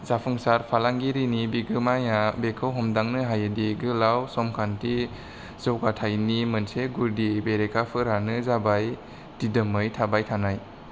जाफुंसार फालांगिरिनि बिगोमाया बेखौ हमदांनो हायोदि गोलाव समखान्थि जौगाथाइनि मोनसे गुदि बेरेखाफोरानो जाबाय दिदोमै थाबाय थानाय